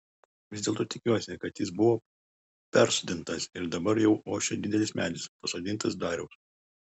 vis dėlto tikiuosi kad jis buvo persodintas ir dabar jau ošia didelis medis pasodintas dariaus